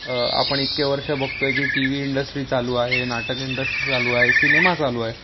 आपण इतके वर्षं बघतोय की टीव्ही इंडस्ट्री चालू आहे नाटक इंडस्ट्री चालू आहे सिनेमा चालू आहे